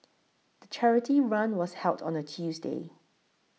the charity run was held on a Tuesday